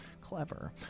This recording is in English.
Clever